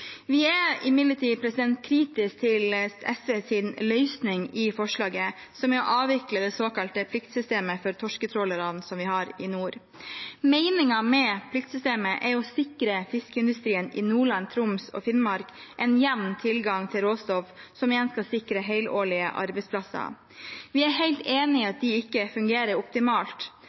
Vi er imidlertid kritisk til SVs løsning i forslaget, som er å avvikle det såkalte pliktsystemet for torsketrålerne vi har i nord. Meningen med pliktsystemet er å sikre fiskeindustrien i Nordland, Troms og Finnmark en jevn tilgang til råstoff, som igjen skal sikre helårlige arbeidsplasser. Vi er helt enig i at det ikke fungerer optimalt,